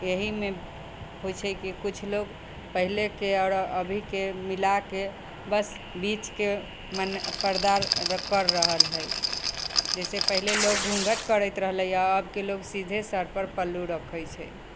इएहमे होइ छै कि किछु लोक पहलेके आओर अभीके मिलाके बस बीचके मने पर्दा करि रहल हइ जइसे पहिले लोक घूँघट करैत रहलै हँ अबके लोग सीधे सरपर पल्लू रखे छै